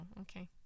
okay